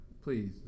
Please